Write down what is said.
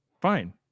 fine